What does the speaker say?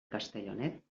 castellonet